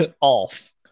off